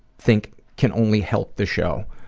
think can only help the show.